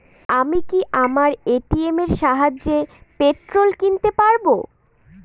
আমি কি আমার এ.টি.এম এর সাহায্যে পেট্রোল কিনতে পারব?